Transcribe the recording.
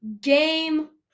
game